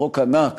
חוק ענק